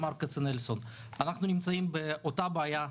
אנחנו נמצאים באותה בעיה,